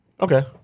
Okay